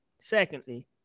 secondly